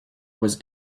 was